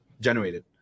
generated